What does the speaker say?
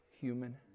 human